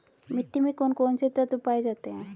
मिट्टी में कौन कौन से तत्व पाए जाते हैं?